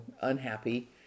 unhappy